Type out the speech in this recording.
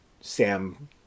sam